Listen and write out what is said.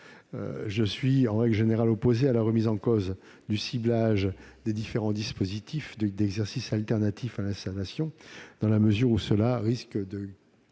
Je suis en règle générale opposé à la remise en cause du ciblage des différents dispositifs d'exercice alternatifs à l'installation, dans la mesure où cela risque de